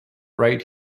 right